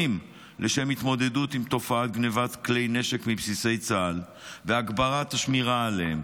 לשם התמודדות עם תופעת גנבת כלי נשק מבסיסי צה"ל והגברת השמירה עליהם.